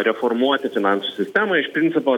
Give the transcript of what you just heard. reformuoti finansų sistemą iš principo